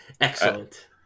Excellent